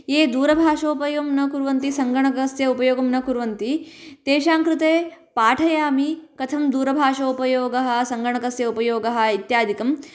ये दूरभाषोपयोगं न कुर्वन्ति सङ्गणकस्य उपयोगं न कुर्वन्ति तेषां कृते पाठयामि कथं दूरभाषोपयोगः सङ्गणकस्य उपयोगः इत्यादिकम्